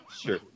Sure